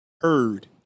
heard